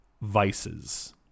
Vices